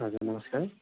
हजुर नमस्कार